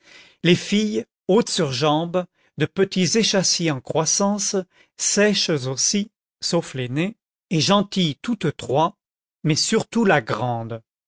les filles hautes sur jambes de petits échassiers en croissance sèches aussi sauf l'aînée et gentilles toutes trois mais surtout la grande